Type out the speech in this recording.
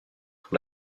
pour